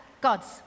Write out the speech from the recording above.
god's